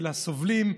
אלא סובלים,